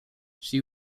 she